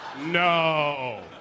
No